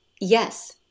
Yes